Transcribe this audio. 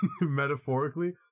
Metaphorically